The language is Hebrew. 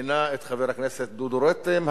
שמינה את חבר הכנסת דודו רותם,